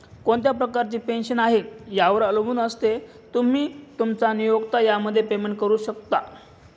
कोणत्या प्रकारची पेन्शन आहे, यावर अवलंबून असतं, तुम्ही, तुमचा नियोक्ता यामध्ये पेमेंट करू शकता